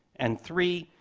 and three,